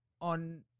on